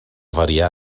variar